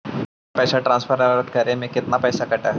Online पैसा transfer करे में पैसा कटा है?